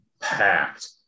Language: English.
packed